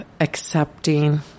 accepting